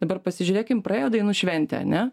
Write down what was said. dabar pasižiūrėkim praėjo dainų šventė ar ne